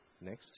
Next